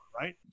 right